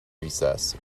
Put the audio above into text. recess